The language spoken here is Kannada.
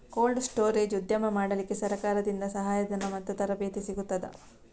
ಕೋಲ್ಡ್ ಸ್ಟೋರೇಜ್ ಉದ್ಯಮ ಮಾಡಲಿಕ್ಕೆ ಸರಕಾರದಿಂದ ಸಹಾಯ ಧನ ಮತ್ತು ತರಬೇತಿ ಸಿಗುತ್ತದಾ?